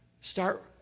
Start